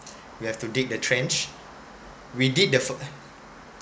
we have to dig the trench we dig the